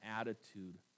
attitude